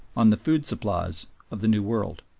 on the food supplies of the new world.